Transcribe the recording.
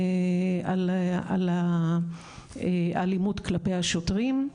על האלימות כלפי השוטרים.